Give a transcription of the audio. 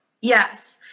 Yes